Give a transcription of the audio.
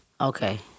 Okay